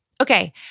Okay